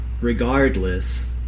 regardless